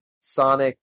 Sonic